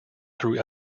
through